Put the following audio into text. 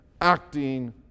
acting